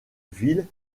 ville